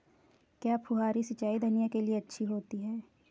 क्या फुहारी सिंचाई धनिया के लिए अच्छी होती है?